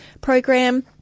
program